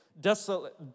Desolate